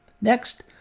Next